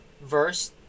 verse